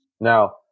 Now